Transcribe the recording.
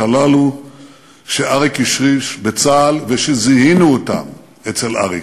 הללו שאריק השריש בצה"ל ושזיהינו אותן אצל אריק.